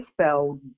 spelled